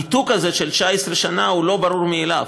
הניתוק הזה של 19 שנה הוא לא ברור מאליו,